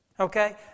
Okay